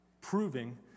proving